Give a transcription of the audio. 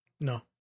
No